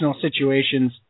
situations